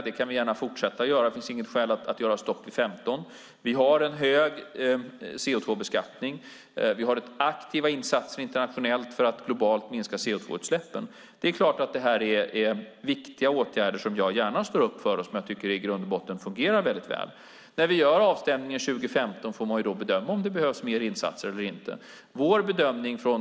Det kan vi gärna fortsätta att göra. Det finns inget skäl att göra ett stopp vid 15. Vi har en hög CO2-beskattning. Vi har aktiva insatser internationellt för att globalt minska CO2-utsläppen. Det är viktiga åtgärder som jag gärna står upp för och som jag tycker fungerar väldigt väl i grund och botten. När vi gör avstämningen 2015 får vi bedöma om det behövs mer insatser eller inte.